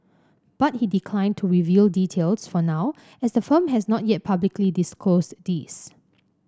but he declined to reveal details for now as the firm has not yet publicly disclosed these